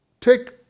take